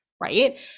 right